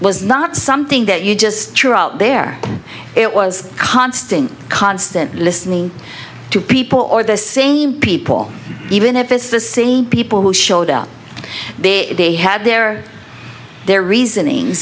was not something that you just threw out there it was constant constant listening to people or the same people even if it's the same people who showed up the day had their their reasoning